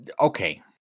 Okay